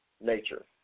nature